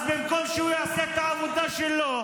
אז במקום שהוא יעשה את העבודה שלו,